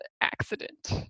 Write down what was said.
accident